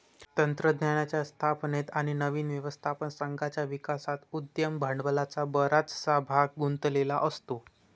तंत्रज्ञानाच्या स्थापनेत आणि नवीन व्यवस्थापन संघाच्या विकासात उद्यम भांडवलाचा बराचसा भाग गुंतलेला असतो